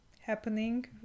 happening